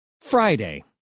Friday